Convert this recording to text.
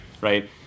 right